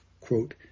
quote